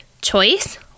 choice